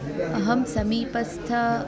अहं समीपस्थानि